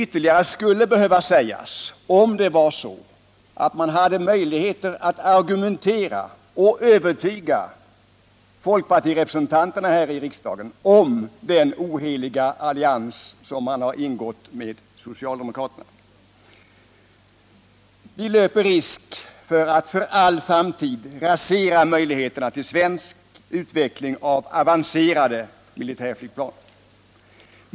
Ytterligare mycket skulle behöva sägas om man hade möjlighet att med argument övertyga folkpartirepresentanterna i riksdagen om det felaktiga i den oheliga allians som folkpartiregeringen har ingått med socialdemokraterna. Vi löper risk att för all framtid rasera möjligheterna till svensk utveckling av avancerade militärflygplan.